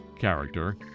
character